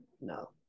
No